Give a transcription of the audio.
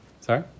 Sorry